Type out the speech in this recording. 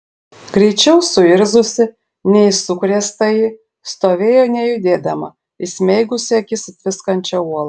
greičiau suirzusi nei sukrėstąjį stovėjo nejudėdama įsmeigusi akis į tviskančią uolą